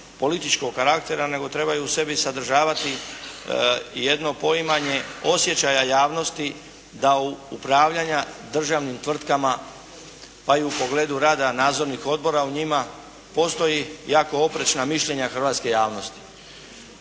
političkog karaktera nego treba u sebi sadržavati jedno poimanje osjećaja javnosti da upravljanja državnim tvrtkama pa i u pogledu rada nadzornih odbora u njima postoji jako oprečna mišljenja hrvatske javnosti.